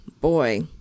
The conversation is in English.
boy